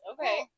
Okay